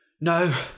no